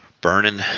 burning